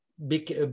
Big